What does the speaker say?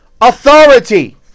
authority